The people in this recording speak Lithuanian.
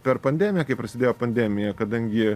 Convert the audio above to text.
per pandemiją kai prasidėjo pandemija kadangi